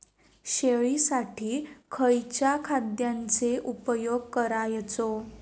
शेळीसाठी खयच्या खाद्यांचो उपयोग करायचो?